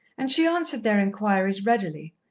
and she answered their inquiries readily,